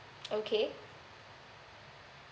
okay